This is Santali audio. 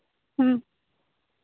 ᱦᱮᱸ